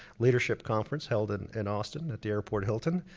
leadership conference held in in austin at the airport hilton.